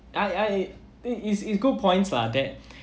I I think is is good points lah that